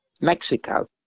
Mexico